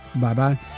Bye-bye